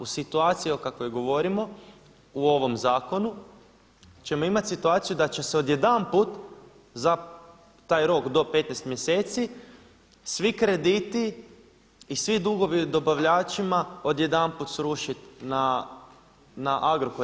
U situaciji o kakvoj govorimo u ovom zakonu ćemo imati situaciju da će se odjedanput taj rok do 15 mjeseci svi krediti i svi dugovi dobavljačima odjedanput srušit na Agrokor.